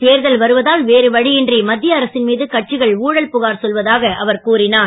தேர்தல் வருவதால் வேறு வழியின்றி மத்திய அரசின் மீது கட்சிகள் ஊழல் புகார் சொல்வதாக அவர் கூறினார்